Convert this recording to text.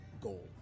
goal